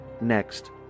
Next